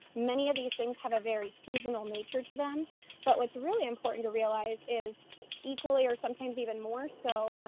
many of these things have a very seasonal nature to them but what's really important to realize is equally or sometimes even more so,